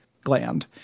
gland